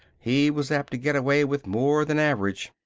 he was apt to get away with more than average.